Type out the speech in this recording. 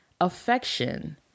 affection